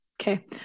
okay